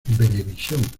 venevisión